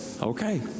okay